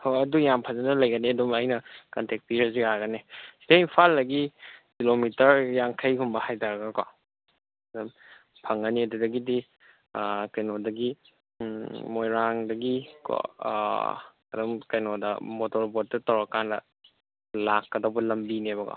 ꯍꯣ ꯑꯗꯨ ꯌꯥꯝ ꯐꯖꯅ ꯂꯩꯒꯅꯤ ꯑꯗꯨꯝ ꯑꯩꯅ ꯀꯟꯇꯦꯛ ꯄꯤꯔꯁꯨ ꯌꯥꯒꯅꯤ ꯁꯤꯗꯒꯤ ꯏꯝꯐꯥꯜꯗꯒꯤ ꯀꯤꯂꯣꯃꯤꯇꯔ ꯌꯥꯡꯈꯩꯒꯨꯝꯕ ꯍꯥꯏꯗꯔꯒꯀꯣ ꯑꯗꯨꯝ ꯐꯪꯒꯅꯤ ꯑꯗꯨꯗꯒꯤꯗꯤ ꯀꯩꯅꯣꯗꯒꯤ ꯎꯝ ꯃꯣꯏꯔꯥꯡꯗꯒꯤꯀꯣ ꯑꯗꯨꯝ ꯀꯩꯅꯣꯗ ꯃꯣꯇꯣꯔ ꯕꯣꯠꯇ ꯇꯧꯔ ꯀꯥꯟꯗ ꯂꯥꯛꯀꯗꯧꯕ ꯂꯝꯕꯤꯅꯦꯕꯀꯣ